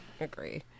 agree